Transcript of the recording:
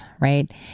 right